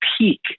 peak